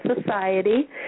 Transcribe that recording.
society